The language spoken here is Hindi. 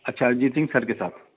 अच्छा अरिजीत सिंह सर के साथ